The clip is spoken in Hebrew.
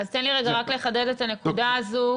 אז תן לי רגע רק לחדד את הנקודה הזו,